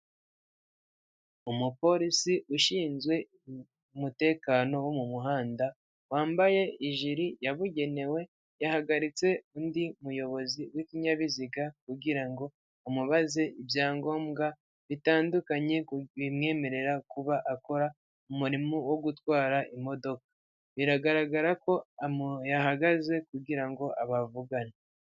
Umupolisi ushinzwe umutekano wo mu muhanda wambaye ijiri yabugenewe yahagaritse undi muyobozi w'ikinyabiziga kugira ngo amubaze ibyangombwa bitandukanye bimwemerera kuba akora umurimo wo gutwara imodoka ,biragaragara ko yahagaze kugira bavugane .